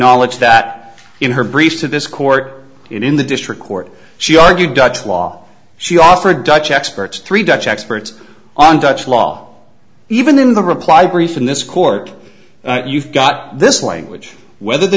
acknowledged that in her brief to this court in the district court she argued dutch law she offered dutch experts three dutch experts on dutch law even in the reply brief in this court you've got this language where the